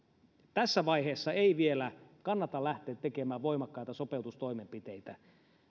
tässä vaiheessa ei vielä kannata lähteä tekemään voimakkaita sopeutustoimenpiteitä